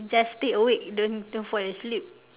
just stay awake don't don't fall asleep